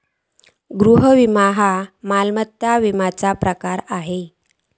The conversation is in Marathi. गृह विमो ह्यो मालमत्ता विम्याचा प्रकार आसा